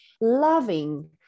loving